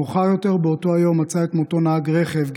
מאוחר יותר באותו היום מצא את מותו נהג רכב,